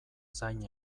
zain